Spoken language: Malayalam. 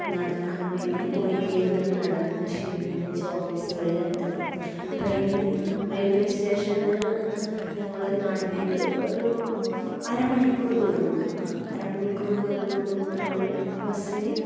നടക്കണമെങ്കിൽ കുറേ ദൂരം നടന്ന് ക്ഷീണിച്ച് ഓഫീസുകളിൽ എത്തണം ട്രെയിൻ റെയിൽവേ സ്റ്റേഷനിൽ നിന്ന് ഞങ്ങളുടെ നാട്ടിലേക്ക് ഒരു അര മണിക്കൂറ് ദൂരമുണ്ട് അരമണിക്കൂറ് ദൂരമുണ്ടെന്ന് പറഞ്ഞാല് ബസ്സിന്